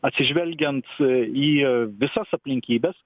atsižvelgiant į visas aplinkybes